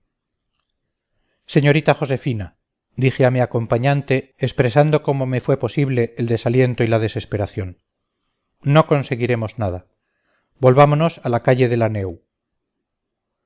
señorita josefina dije a mi acompañante expresando como me fue posible el desaliento y la desesperación no conseguiremos nada volvámonos a la calle de la neu